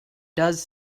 does